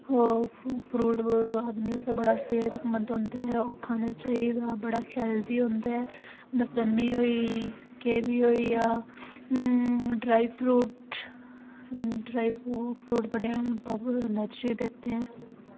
ओह् फ्रूट आदमी आस्तै बड़ा सैह्तमंद होंदा ऐ ओह् खाना चाहिदा बड़ा हैल्दी होंदा ऐ मसमी होई केवी होइया ड्राई फ्रूट ड्राई फ्रूट बड़े पावर एनर्जी देते हैं